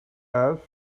asked